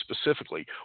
specifically